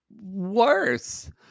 worse